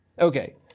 Okay